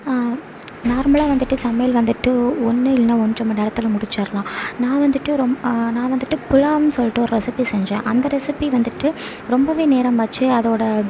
நார்மலாக வந்துவிட்டு சமையல் வந்துவிட்டு ஒன்று இல்லைன்னா ஒன்றை மண் நேரத்தில் முடிச்சிரலாம் நான் வந்துவிட்டு ரொம்ப நான் வந்துவிட்டு புலாம்ன்னு சொல்லிவிட்டு ஒரு ரெசிப்பி செஞ்சேன் அந்த ரெசிப்பி வந்துவிட்டு ரொம்பவே நேரமாச்சு அதோட